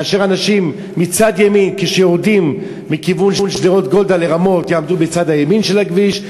ואנשים שיורדים מכיוון שדרות גולדה לרמות יעמדו בצד ימין של הכביש,